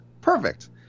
Perfect